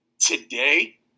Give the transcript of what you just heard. today